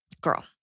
Girl